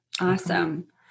awesome